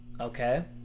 Okay